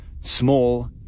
Small